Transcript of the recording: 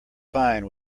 fine